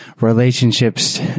relationships